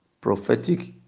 prophetic